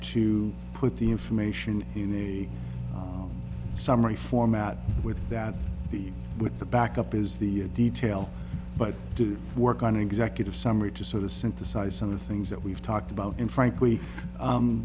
to put the information in a summary format with that the with the backup is the detail but do work on executives summary to sort of synthesize on the things that we've talked about and frankly